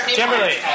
Kimberly